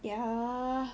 yeah